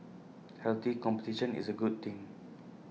healthy competition is A good thing